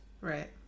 right